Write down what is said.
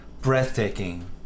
breathtaking